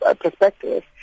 perspective